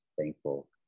thankful